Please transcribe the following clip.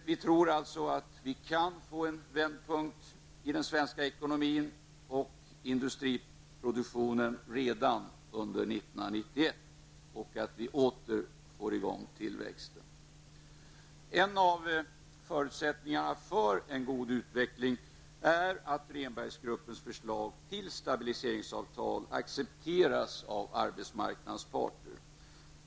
Vi tror att det kan bli en vändpunkt i den svenska ekonomin och industriproduktionen redan under 1991 och att vi åter får i gång tillväxten. En av förutsättningarna för en god utveckling är att Rehnbergs gruppens förslag till stabiliseringsavtal accepteras av arbetsmarknadens parter.